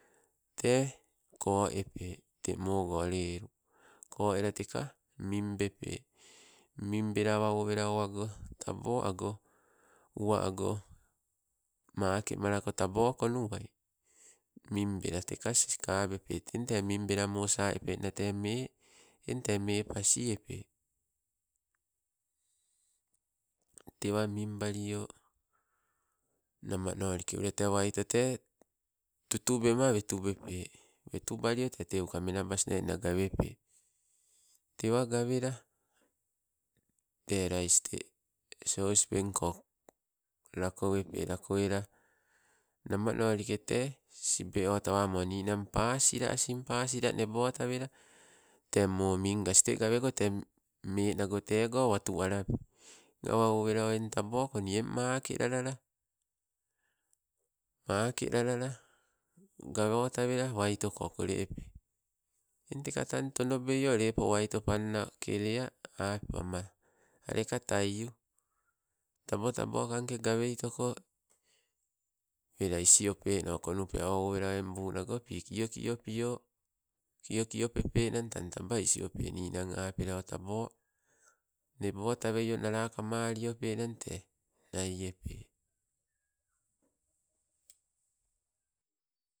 Toe, ko epe te moogo lelu, ko ela teka minbepe. Minbela awa owela oh ago tabo uwa ago uwa ago makemalako tabo konnuai, mimbela teka skabepe tente minbela moo sa epenna mee. Eng tee mee pas epe, tewa minbalio, namanolike, ule te waito te tutubema wetubepe, wetubalio te teuka mee nabasnoe nna gawepe. Tewagawela te rais te sospenko lakowepe, lakowela namanolike te, sibe otawamo, ninnan pasila asin, pasila nebotawela tee moo mingas, te gaweko te menago tego watu alape, eng awa owela o eng tabo koni, eng maake lalala, make lalala gawotawela, waitoko kole epe, eng tang teka tonobeio leppo waito panna ke lea, apama aleka taiu. Tabo tabo kangke gaweitoko, wela isi upeno konnupe, awa owela o eng bu nogopi, kiokio pio, kiokio pepennang tang taba isi ope ninang apela kamaliopenang te nai epee.